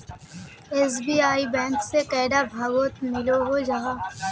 SBI bank से कैडा भागोत मिलोहो जाहा?